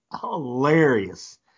hilarious